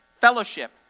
Fellowship